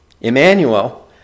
Emmanuel